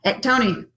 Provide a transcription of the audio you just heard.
Tony